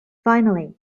finally